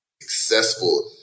successful